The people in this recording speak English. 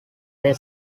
their